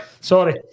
Sorry